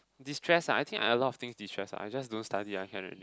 destress ah I think I a lot of things destress ah I just don't study I can already